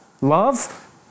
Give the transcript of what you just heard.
love